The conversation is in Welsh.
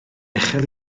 uchel